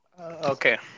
Okay